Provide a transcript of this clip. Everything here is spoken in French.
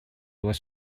doit